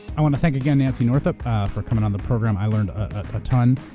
i want to thank again nancy northup for coming on the program. i learned a ton.